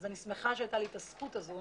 אני שמחה שהייתה לי את הזכות הזו